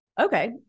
Okay